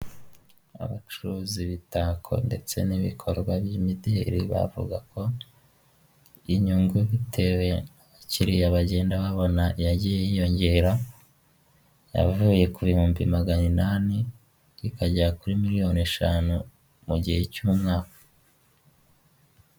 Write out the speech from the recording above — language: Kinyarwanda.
Abacuruza imitako ndetse n'ibikorwa by'imideri bavuga ko inyungu bitewe n'abakiriya bagenda babona yagiye yiyongera, yavuye ku bihumbi magana inani ikagera kuri miliyoni eshanu mu gihe cy'umwaka.